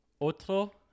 Otro